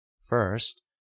First